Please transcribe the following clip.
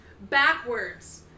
backwards